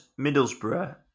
Middlesbrough